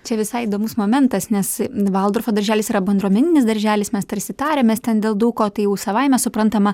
čia visai įdomus momentas nes valdorfo darželis yra bendruomeninis darželis mes tarsi tariamės ten dėl daug ko tai jau savaime suprantama